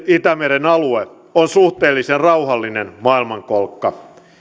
itämeren alue on suhteellisen rauhallinen maailmankolkka